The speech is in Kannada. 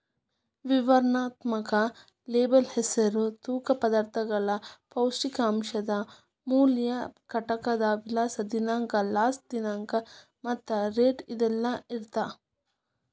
ವಿವರಣಾತ್ಮಕ ಲೇಬಲ್ ಹೆಸರು ತೂಕ ಪದಾರ್ಥಗಳು ಪೌಷ್ಟಿಕಾಂಶದ ಮೌಲ್ಯ ಘಟಕದ ವಿಳಾಸ ದಿನಾಂಕ ಲಾಸ್ಟ ದಿನಾಂಕ ಮತ್ತ ರೇಟ್ ಇದೆಲ್ಲಾ ಇರತ್ತ